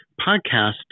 podcast